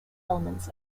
elements